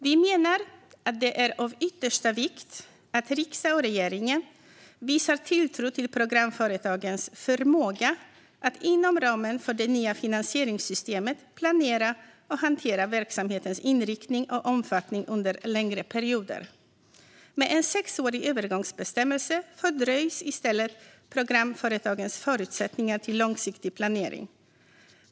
Vi menar att det är av yttersta vikt att riksdag och regering visar tilltro till programföretagens förmåga att inom ramen för det nya finansieringssystemet planera och hantera verksamhetens inriktning och omfattning under längre perioder. Med en sexårig övergångsbestämmelse fördröjs i stället programföretagens förutsättningar till långsiktig planering.